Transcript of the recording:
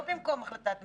לא במקום החלטת ממשלה.